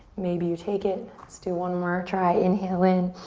maybe you take it, let's do one more, try inhale in.